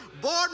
Board